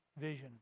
vision